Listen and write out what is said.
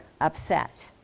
upset